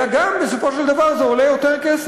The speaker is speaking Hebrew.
אלא בסופו של דבר זה גם עולה יותר כסף.